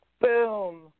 Boom